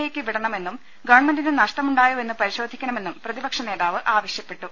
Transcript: എക്ക് വിട ണമെന്നും ഗവൺമെന്റിന് നഷ്ടമുണ്ടായോ എന്ന് പരിശോധിക്കണമെന്നും പ്രതിപക്ഷ നേതാവ് ആവശ്യപ്പെട്ടു